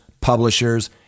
publishers